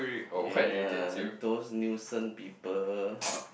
ya those nuisance people